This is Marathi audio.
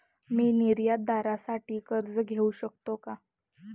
मी निर्यातदारासाठी कर्ज घेऊ शकतो का?